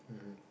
mmhmm